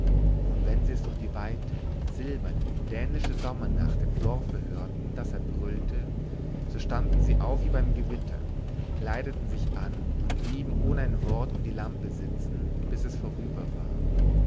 und wenn sie es durch die weite silberne dänische sommernacht im dorfe hörten daß er brüllte so standen sie auf wie beim gewitter kleideten sich an und blieben ohne ein wort um die lampe sitzen bis es vorüber war